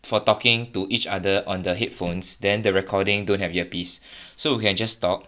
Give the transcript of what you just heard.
for talking to each other on the headphones then the recording don't have ear piece so we can just talk